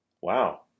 Wow